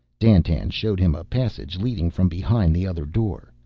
dandtan showed him a passage leading from behind the other door.